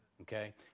Okay